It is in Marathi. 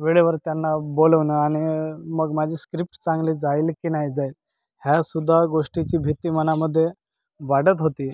वेळेवर त्यांना बोलवणं आणि मग माझी स्क्रिप्ट चांगली जाईल की नाही जाईल ह्यासुद्धा गोष्टीची भीती मनामध्ये वाढत होती